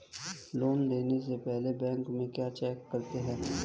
Loan देने से पहले बैंक में क्या चेक करते हैं?